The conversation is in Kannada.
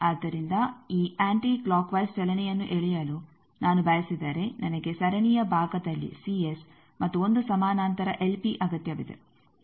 ಆದ್ದರಿಂದ ಈ ಆಂಟಿ ಕ್ಲಾಕ್ ವೈಸ್ ಚಲನೆಯನ್ನು ಎಳೆಯಲು ನಾನು ಬಯಸಿದರೆ ನನಗೆ ಸರಣಿಯ ಭಾಗದಲ್ಲಿ ಮತ್ತು 1 ಸಮಾನಾಂತರ ಅಗತ್ಯವಿದೆ ಎಂದು ನೀವು ನೋಡಬಹುದು